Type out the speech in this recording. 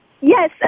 Yes